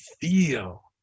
feel